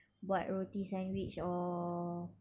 buat roti sandwich or